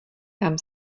kam